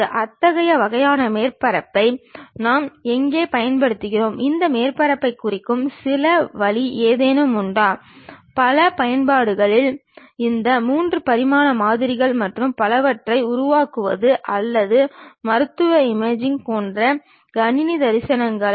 இந்த சித்திர வரைபடங்களை பற்றி மேலும் குறிப்பாக ஐசோமெட்ரிக் வரைபடங்கள் செங்குத்தெறியம் போன்றவற்றை இரண்டாவது தொகுதியில் நாம் கற்போம்